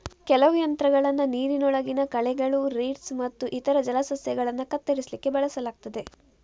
ಕೆಲವು ಯಂತ್ರಗಳನ್ನ ನೀರಿನೊಳಗಿನ ಕಳೆಗಳು, ರೀಡ್ಸ್ ಮತ್ತು ಇತರ ಜಲಸಸ್ಯಗಳನ್ನ ಕತ್ತರಿಸ್ಲಿಕ್ಕೆ ಬಳಸಲಾಗ್ತದೆ